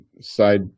side